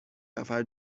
نفر